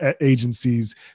agencies